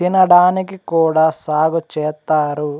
తినడానికి కూడా సాగు చేత్తారు